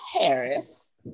Harris